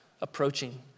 approaching